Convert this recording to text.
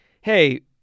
hey